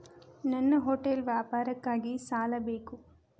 ನನ್ನ ಹೋಟೆಲ್ ವ್ಯಾಪಾರಕ್ಕಾಗಿ ಸಾಲ ಬೇಕು